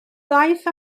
ddaeth